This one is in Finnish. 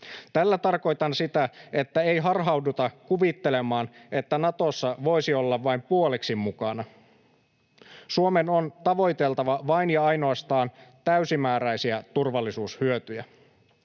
Tällä tarkoitan sitä, että ei harhauduta kuvittelemaan, että Natossa voisi olla vain puoliksi mukana. Suomen on tavoiteltava vain ja ainoastaan täysimääräisiä turvallisuushyötyjä.